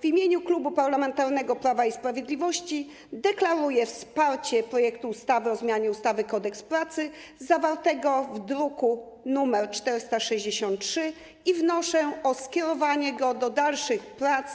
W imieniu Klubu Parlamentarnego Prawo i Sprawiedliwość deklaruję wsparcie projektu ustawy o zmianie ustawy - Kodeks pracy, zawartego w druku nr 463, i wnoszę o skierowanie go do dalszych prac